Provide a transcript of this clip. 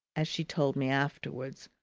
as she told me afterwards,